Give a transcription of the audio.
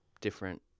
different